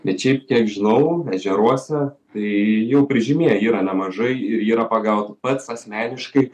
bet šiaip kiek žinau ežeruose tai jau prižymėję yra nemažai ir yra pagauta pats asmeniškai